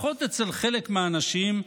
לפחות אצל חלק מהאנשים,